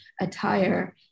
attire